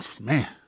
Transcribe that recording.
man